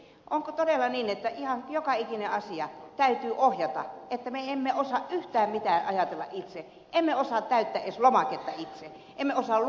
onko todella niin että ihan joka ikinen asia täytyy ohjata että me emme osaa yhtään mitään ajatella itse emme osaa täyttää edes lomaketta itse emme osaa lukea mitä siinä lomakkeessa edellytetään